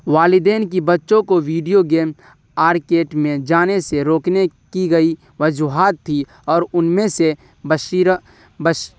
والدین کی بچوں کو ویڈیو گیمس آرکیٹ میں جانے سے روکنے کی گئی وجوہات تھی اور ان میں سے بشیرہ بش